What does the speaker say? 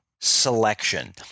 selection